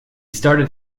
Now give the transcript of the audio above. started